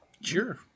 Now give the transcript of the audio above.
Sure